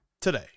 today